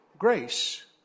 grace